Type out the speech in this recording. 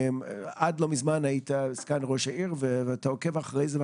עד לא מזמן היית סגן ראש העיר ואתה עוקב אחרי זה.